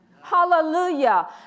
Hallelujah